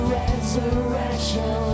resurrection